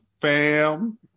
fam